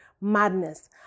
madness